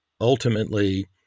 ultimately